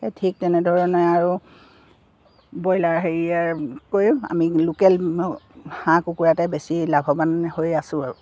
সেই ঠিক তেনেধৰণে আৰু ব্ৰইলাৰ হেৰিয়াতকৈও আমি লোকেল হাঁহ কুকুৰাতে বেছি লাভৱান হৈ আছোঁ আৰু